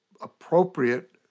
appropriate